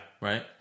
Right